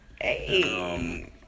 Hey